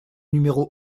numéro